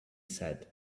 said